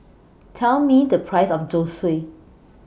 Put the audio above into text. Tell Me The Price of Zosui